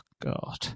god